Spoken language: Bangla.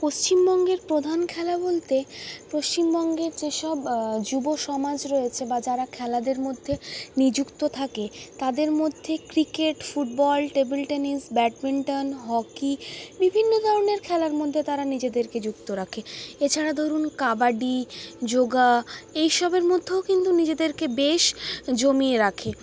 পশ্চিমবঙ্গের প্রধান খেলা বলতে পশ্চিমবঙ্গের যেসব যুবসমাজ রয়েছে বা যারা খেলাদের মধ্যে নিযুক্ত থাকে তাদের মধ্যে cricket football table tennis badminton hockey বিভিন্ন ধরনের খেলার মধ্যে তারা নিজেদেরকে যুক্ত রাখে এছাড়া ধরুন কাবাডি যোগা এইসবের মধ্যেও কিন্তু নিজেদেরকে বেশ জমিয়ে রাখে